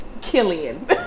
Killian